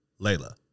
Layla